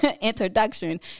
introduction